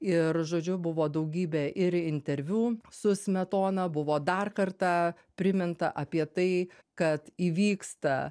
ir žodžiu buvo daugybė ir interviu su smetona buvo dar kartą priminta apie tai kad įvyksta